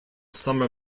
summer